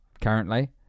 Currently